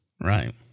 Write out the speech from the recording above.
Right